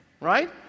right